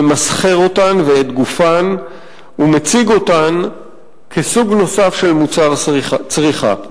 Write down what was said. ממסחר אותן ואת גופן ומציג אותן כסוג נוסף של מוצר צריכה.